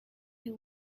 who